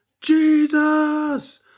Jesus